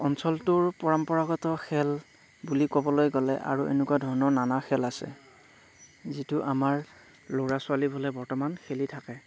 অঞ্চলটোৰ পৰম্পৰাগত খেল বুলি ক'বলৈ গ'লে আৰু এনেকুৱা ধৰণৰ নানা খেল আছে যিটো আমাৰ ল'ৰা ছোৱালীবোৰে বৰ্তমান খেলি থাকে